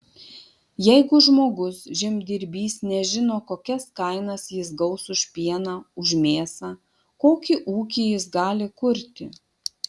jeigu žmogus žemdirbys nežino kokias kainas jis gaus už pieną už mėsą kokį ūkį jis gali kurti